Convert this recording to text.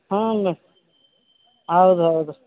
ಹ್ಞೂ ರೀ ಹೌದು ಹೌದು